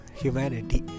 humanity